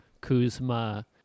Kuzma